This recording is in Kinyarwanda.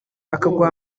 akaguha